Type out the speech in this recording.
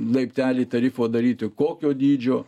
laiptelį tarifo daryti kokio dydžio